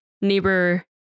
neighbor